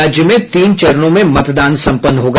राज्य में तीन चरणों में मतदान सम्पन्न होगा